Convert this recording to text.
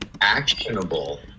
actionable